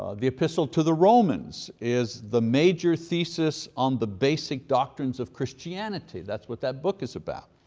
the epistle to the romans is the major thesis on the basic doctrines of christianity. that's what that book is about.